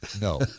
No